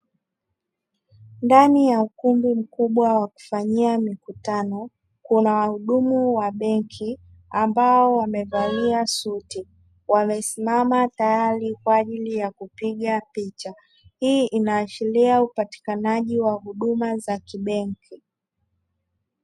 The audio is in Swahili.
Ndani ya ukumbi mkubwa wa kufanyia mikutano kuna wahudumu wa benki ambao wamevalia suti, wamesimama tayari kwaajili ya kupiga picha. Hii inaashiria upatikanaji wa huduma za kibenki.